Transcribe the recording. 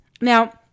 Now